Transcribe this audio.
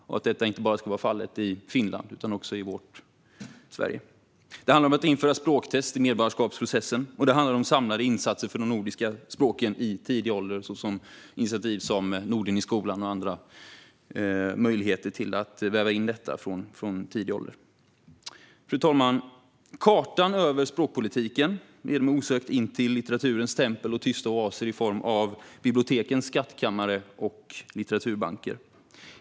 Detta ska inte bara vara fallet i Finland utan också i vårt Sverige. Det handlar om att införa språktest i medborgarskapsprocessen, och det handlar om samlade insatser för de nordiska språken i tidig ålder, såsom initiativ som Norden i skolan och andra möjligheter att väva in detta från tidig ålder. Fru talman! Kartan över språkpolitiken leder mig osökt in till litteraturens tempel och tysta oaser i form av bibliotekens skattkammare och litteraturbanker.